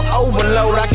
overload